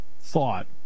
thought